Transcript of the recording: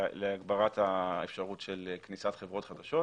להגברת האפשרות של כניסת חברות חדשות